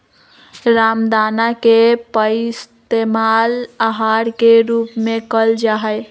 रामदाना के पइस्तेमाल आहार के रूप में कइल जाहई